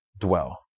dwell